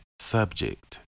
subject